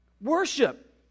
Worship